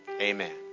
Amen